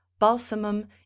balsamum